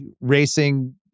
racing